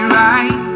right